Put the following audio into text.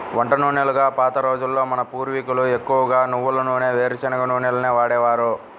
వంట నూనెలుగా పాత రోజుల్లో మన పూర్వీకులు ఎక్కువగా నువ్వుల నూనె, వేరుశనగ నూనెలనే వాడేవారు